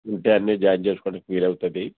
ఉంటే అన్నీ జాయిన్ చేసుకోవడానికి వీలు అవుతుంది